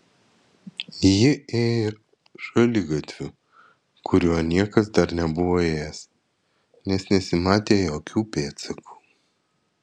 ji ėjo šaligatviu kuriuo niekas dar nebuvo ėjęs nes nesimatė jokių pėdsakų